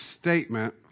statement